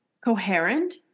coherent